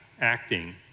acting